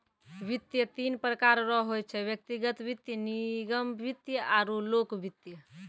वित्त तीन प्रकार रो होय छै व्यक्तिगत वित्त निगम वित्त आरु लोक वित्त